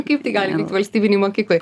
kaip tai gali vykt valstybinėj mokykloj